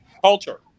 Culture